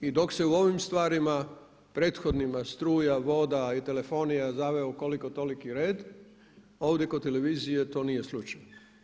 I dok se u ovim stvarima prethodnima, struja, voda i telefonija, zaveo u koliko toliki red ovdje kod televizije to nije slučaj.